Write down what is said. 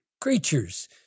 creatures